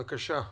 בבקשה.